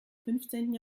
fünfzehnten